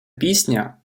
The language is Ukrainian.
пісня